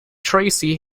tracey